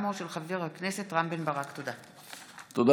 התש"ף 2020,